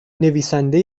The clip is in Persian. نویسنده